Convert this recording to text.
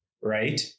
right